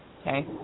okay